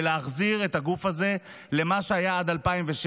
ולהחזיר את הגוף הזה למה שהיה עד 2006,